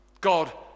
God